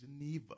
Geneva